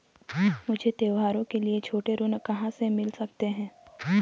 मुझे त्योहारों के लिए छोटे ऋण कहाँ से मिल सकते हैं?